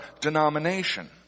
denomination